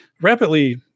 rapidly